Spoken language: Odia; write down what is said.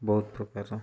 ବହୁତ ପ୍ରକାର